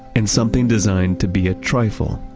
and something designed to be a trifle,